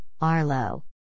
Arlo